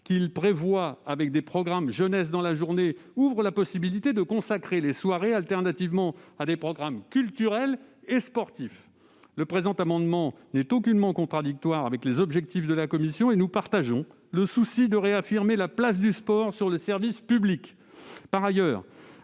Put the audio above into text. seront destinés à la jeunesse en journée, ouvre la possibilité de consacrer les soirées alternativement à des programmes culturels et sportifs. Le présent amendement n'est aucunement contradictoire avec les objectifs de la commission : celle-ci partage le souci de réaffirmer la place du sport sur le service public. Par ailleurs,